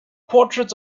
portrait